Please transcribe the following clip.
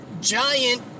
giant